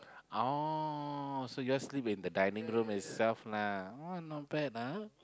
oh so you just sleep in the dining room itself lah oh not bad ah